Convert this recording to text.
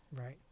Right